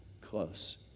close